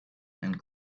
and